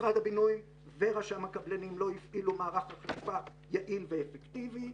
משרד הבינוי ורשם הקבלנים לא הפעילו מערך אכיפה יעיל ואפקטיבי,